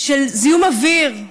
של זיהום אוויר,